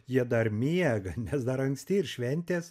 jie dar miega nes dar anksti ir šventės